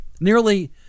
Nearly